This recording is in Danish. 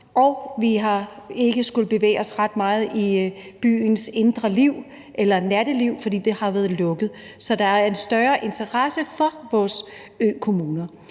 og vi har ikke skullet bevæge os ret meget i byens indre liv eller natteliv, fordi det har været lukket. Så der er en større interesse for vores økommuner.